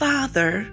Father